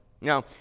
Now